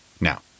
Now